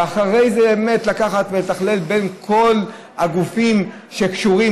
ואחרי זה באמת לקחת ולתכלל את כל הגופים שקשורים,